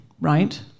right